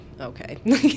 okay